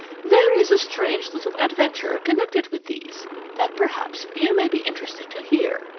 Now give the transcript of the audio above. there is a strange little adventure connected with these that perhaps you may be interested to hear,